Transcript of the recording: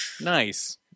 Nice